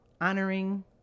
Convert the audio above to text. honoring